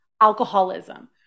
alcoholism